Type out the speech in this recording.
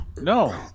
No